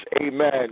amen